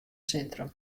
sintrum